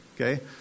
Okay